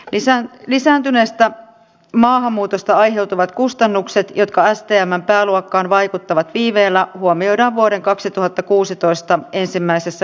isä lisääntyneestä maahanmuutosta aiheutuvat kustannukset jotka aistejamme pääluokkaan vaikuttavat asetuksella kasvattanut päivähoidon lapsiryhmien ryhmäkokoja